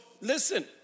listen